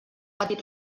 petit